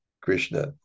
Krishna